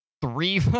three